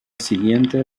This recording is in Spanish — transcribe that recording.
siguiente